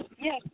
Yes